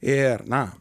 ir na